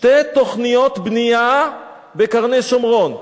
שתי תוכניות בנייה בקרני-שומרון.